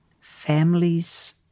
families